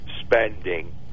spending